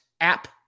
app